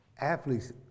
Athletes